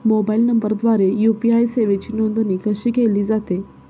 Mobile नंबरद्वारे UPI सेवेची नोंदणी कशी केली जाते?